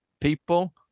people